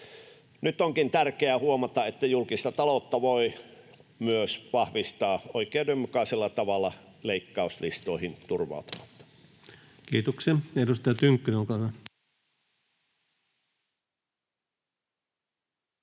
Nyt onkin tärkeää huomata, että julkista taloutta voi myös vahvistaa myös oikeudenmukaisella tavalla leikkauslistoihin turvautumatta. Kiitoksia. — Ja edustaja Tynkkynen, olkaa hyvä.